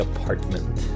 Apartment